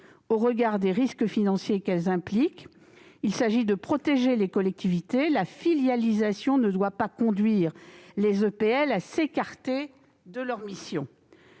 au regard des risques financiers qu'elles impliquent. Il s'agit de protéger les collectivités. La filialisation ne doit pas conduire les EPL à s'écarter de leur mission.